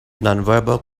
nonverbal